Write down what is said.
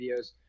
videos